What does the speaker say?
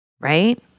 right